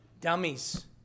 Dummies